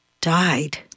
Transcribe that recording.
died